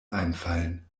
einfallen